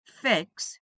fix